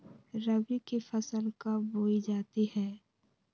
रबी की फसल कब बोई जाती है?